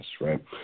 right